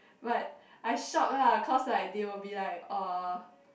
but I shock lah cause like they will be like uh